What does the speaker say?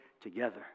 together